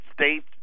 States